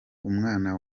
umwana